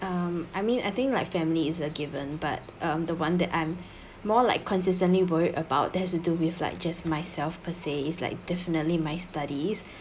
um I mean I think like family is a given but um the one that I'm more like consistently worried about that has to do with like just myself per se it's like definitely my studies